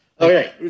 Okay